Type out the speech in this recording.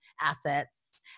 assets